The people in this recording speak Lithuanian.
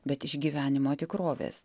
bet iš gyvenimo tikrovės